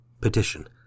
Petition